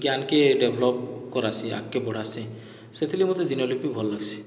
ଜ୍ଞାନ୍କେ develop କରାସି ଆଗ୍କେ ବଢ଼ାସି ସେଥିଲାଗି ମୋତେ ଦିନଲିପି ଭଲ୍ ଲାଗ୍ସି